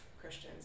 Christians